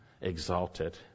Exalted